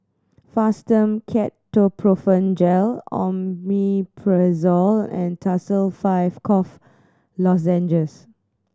Fastum Ketoprofen Gel Omeprazole and Tussils Five Cough Lozenges